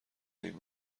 این